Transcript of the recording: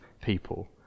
people